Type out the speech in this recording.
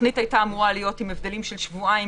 התוכנית היתה אמורה להיות עם הבדלים של שבועיים